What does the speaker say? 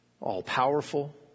all-powerful